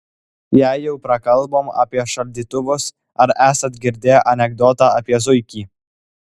jei jau prakalbom apie šaldytuvus ar esat girdėję anekdotą apie zuikį